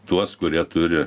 tuos kurie turi